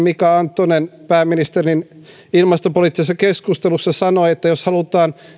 mika anttonen pääministerin ilmastopoliittisessa keskustelussa sanoi että jos halutaan